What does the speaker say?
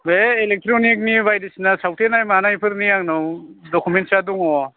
बे इलेकट्रनिकनि बायदिसिना सावथेनाय मानायफोरनि आंनाव डक'मेन्सया दङ